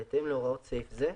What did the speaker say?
בהתאם להוראות סעיף זה,